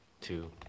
two